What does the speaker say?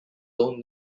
own